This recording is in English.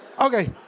Okay